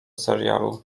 serialu